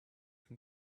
can